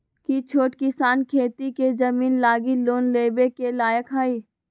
कि छोट किसान खेती के जमीन लागी लोन लेवे के लायक हई?